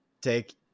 take